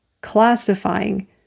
classifying